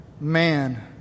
man